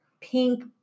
pink